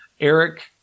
Eric